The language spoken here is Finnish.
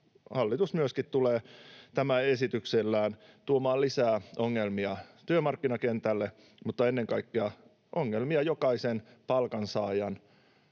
hallitus myöskin tulee tällä esityksellään tuomaan lisää ongelmia työmarkkinakentälle, mutta ennen kaikkea ongelmia jokaisen palkansaajan